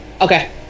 okay